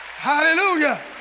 hallelujah